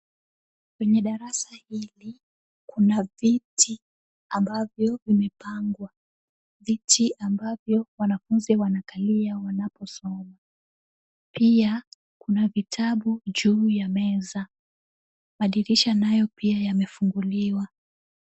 Kwenye darasa hii kuna viti ambavyo vimepangwa. Viti ambavyo wanafunzi wanakalia wanaposoma, pia kuna vitabu juu ya meza, madirisha nayo pia yamefunguliwa.